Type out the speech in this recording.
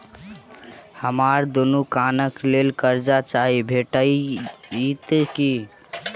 हमरा दुकानक लेल कर्जा चाहि भेटइत की?